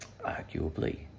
Arguably